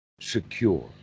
secure